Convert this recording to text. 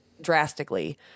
drastically